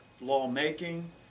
lawmaking